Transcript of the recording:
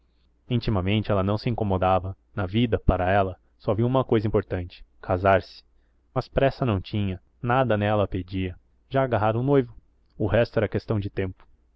intimamente ela não se incomodava na vida para ela só havia uma cousa importante casar-se mas pressa não tinha nada nela a pedia já agarrara um noivo o resto era questão de tempo